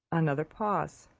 another pause.